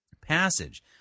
passage